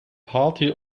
party